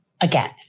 Again